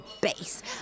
base